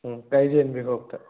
ꯎꯝ ꯀꯥꯏꯔꯦꯟꯕꯤꯈꯣꯛꯇ